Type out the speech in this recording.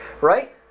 Right